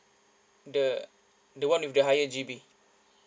the the one with the higher G_B